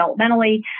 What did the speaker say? developmentally